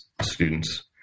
students